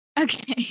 Okay